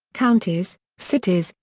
counties, cities,